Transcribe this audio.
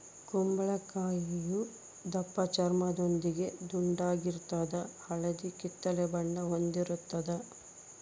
ಕುಂಬಳಕಾಯಿಯು ದಪ್ಪಚರ್ಮದೊಂದಿಗೆ ದುಂಡಾಗಿರ್ತದ ಹಳದಿ ಕಿತ್ತಳೆ ಬಣ್ಣ ಹೊಂದಿರುತದ